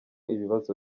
ibibazo